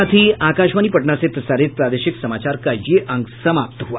इसके साथ ही आकाशवाणी पटना से प्रसारित प्रादेशिक समाचार का ये अंक समाप्त हुआ